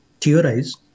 theorize